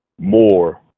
more